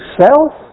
self